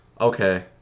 Okay